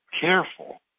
careful